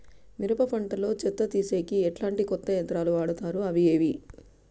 మిరప పంట లో చెత్త తీసేకి ఎట్లాంటి కొత్త యంత్రాలు వాడుతారు అవి ఏవి?